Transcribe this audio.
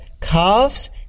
calves